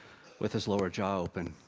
with his lower jaw open.